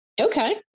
Okay